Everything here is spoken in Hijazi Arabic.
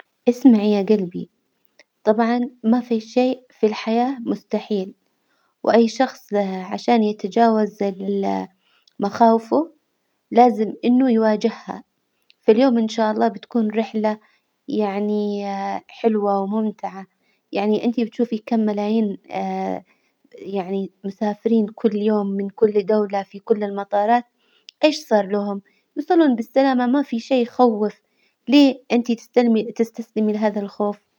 إسمعي يا جلبي، طبعا ما في شيء في الحياة مستحيل، وأي شخص له عشان يتجاوز ال مخاوفه لازم إنه يواجهها، فاليوم إن شاء الله بتكون رحلة يعني حلوة وممتعة، يعني إنتي بتشوفي كم ملايين يعني مسافرين كل يوم من كل دولة في كل المطارت إيش صار لهم? يوصلون بالسلامة ما في شي يخوف، ليه إنتي تستل- تستسلمي لهذا الخوف?